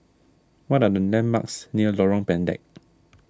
what are the landmarks near Lorong Pendek